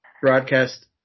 broadcast